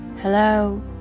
Hello